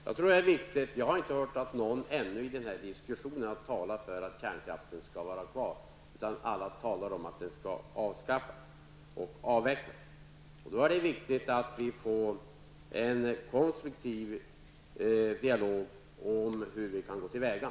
Jag tror inte att jag ännu hört någon i denna diskussion som hävdat att kärnkraften skall vara kvar, utan alla talar om att den skall avskaffas och avvecklas. Det är då viktigt att vi får till stånd en konstruktiv dialog om hur vi kan gå till väga.